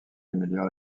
améliore